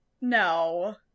No